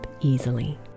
easily